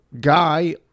Guy